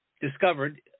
discovered